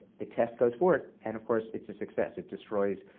the test goes forward and of course, it's a success. it destroys.